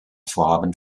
vorhaben